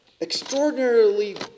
Extraordinarily